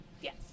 Yes